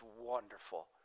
wonderful